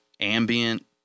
ambient